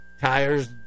tires